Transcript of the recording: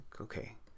okay